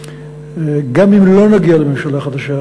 גם אם לא נגיע לממשלה חדשה,